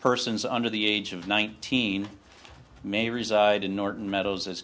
persons under the age of nineteen may reside in norton me